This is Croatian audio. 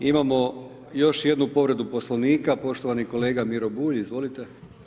Imamo još jednu povredu Poslovnika, poštovani kolega Miro Bulj, izvolite.